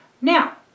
now